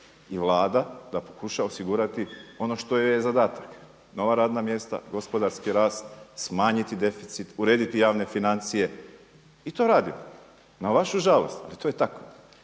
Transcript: I Vlada da pokuša osigurati ono što joj je zadatak, nova radna mjesta, gospodarski rast, smanjiti deficit, urediti javne financije. I to radimo, na vašu žalost ali to je tako.